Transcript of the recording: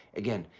again,